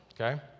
okay